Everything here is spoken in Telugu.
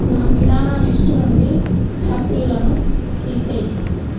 నా కిరాణా లిస్టు నుండి యాపిల్లను తీసేయి